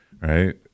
Right